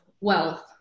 wealth